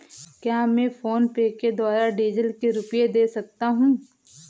क्या मैं फोनपे के द्वारा डीज़ल के रुपए दे सकता हूं?